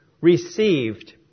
received